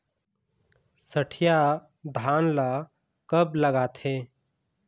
सठिया धान ला कब लगाथें?